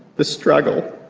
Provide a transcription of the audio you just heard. the struggle,